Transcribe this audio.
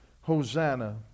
Hosanna